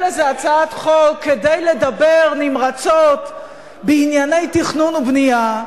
איזו הצעת חוק כדי לדבר נמרצות בענייני תכנון ובנייה,